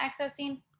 accessing